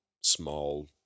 small